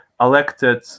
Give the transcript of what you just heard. elected